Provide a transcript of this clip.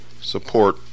support